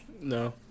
No